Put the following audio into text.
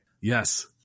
Yes